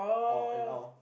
or and all